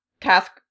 task